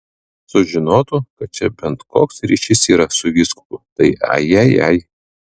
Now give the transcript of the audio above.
sužinotų kad čia bent koks ryšys yra su vyskupu tai ajajai